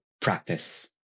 practice